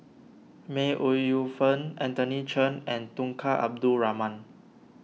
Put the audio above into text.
May Ooi Yu Fen Anthony Chen and Tunku Abdul Rahman